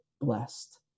blessed